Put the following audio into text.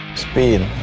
Speed